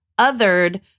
othered